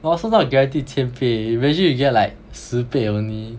but also not guaranteed 千倍 imagine you get like 十倍 only